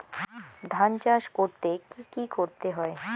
ধান চাষ করতে কি কি করতে হয়?